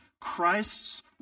Christ's